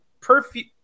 perfume